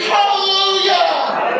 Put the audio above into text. Hallelujah